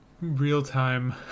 real-time